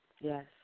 Yes